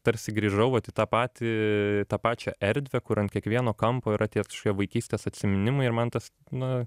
tarsi grįžau vat į tą patį tą pačią erdvę kur ant kiekvieno kampo yra tie vaikystės atsiminimai ir man tas na